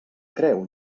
creu